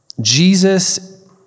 Jesus